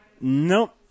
Nope